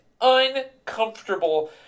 uncomfortable